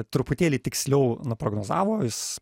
truputėlį tiksliau nuprognozavo jis